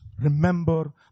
remember